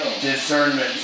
discernment